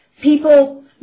people